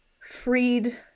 freed